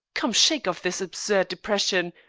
come, shake off this absurd depression.